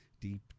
deep